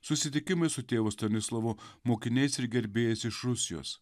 susitikimai su tėvo stanislovo mokiniais ir gerbėjas iš rusijos